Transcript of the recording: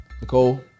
Nicole